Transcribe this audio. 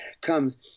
comes